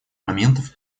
моментов